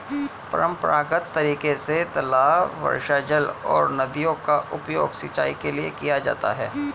परम्परागत तरीके से तालाब, वर्षाजल और नदियों का उपयोग सिंचाई के लिए किया जाता है